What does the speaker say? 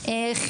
כמו שאמרתי,